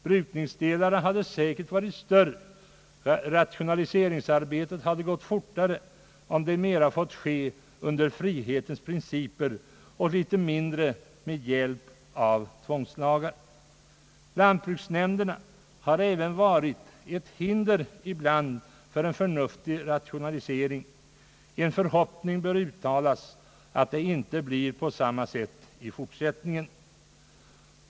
Brukningsdelarna hade säkert varit större, rationaliseringsarbetet hade gått fortare om det mera fått ske under frihetens principer och litet mindre med hjälp av tvångslagar. Lantbruksnämnderna har även ibland varit ett hinder för en förnuftig rationalisering. En förhoppning bör uttalas att det inte blir på samma sätt i fortsättningen.